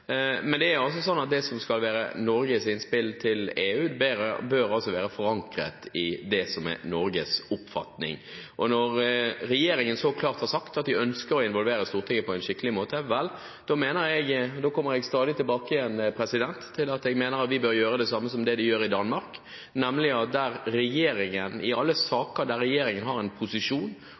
men det som skal være Norges innspill til EU, bør altså være forankret i det som er Norges oppfatning. Når regjeringen så klart har sagt at den ønsker å involvere Stortinget på en skikkelig måte, kommer jeg stadig tilbake igjen til at jeg mener vi bør gjøre det samme som de gjør i Danmark. Regjeringen bør, i alle saker der de har en posisjon